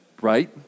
Right